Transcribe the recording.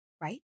Right